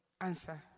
answer